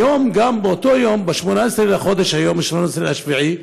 היום, גם באותו יום, ב-18 לחודש, ב-18 ביולי,